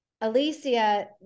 alicia